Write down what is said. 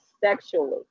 sexually